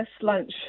lunch